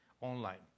online